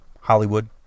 Hollywood